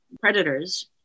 predators